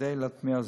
כדי להטמיע זאת.